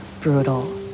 brutal